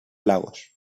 lagos